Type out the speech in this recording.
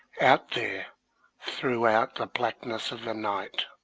out there throughout the blackness of the night,